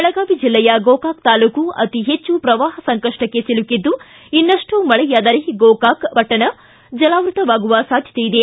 ಬೆಳಗಾವಿ ಜಿಲ್ಲೆಯ ಗೋಕಾಕ್ ತಾಲೂಕು ಅತಿ ಹೆಚ್ಚು ಪ್ರವಾಪ ಸಂಕಷ್ಟಕ್ಕೆ ಸಿಲುಕಿದ್ದು ಇನ್ನಷ್ಟು ಮಳೆಯಾದರೆ ಗೋಕಾಕ ಪಟ್ಟಣ ಜಲಾವೃತವಾಗುವ ಸಾಧ್ಯತೆಯಿದೆ